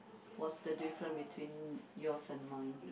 what's the difference between yours and mine